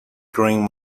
green